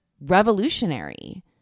revolutionary